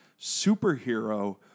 superhero